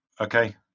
okay